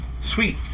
Sweet